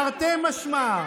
תרתי משמע,